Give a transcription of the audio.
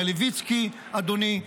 מלביצקי אדוני,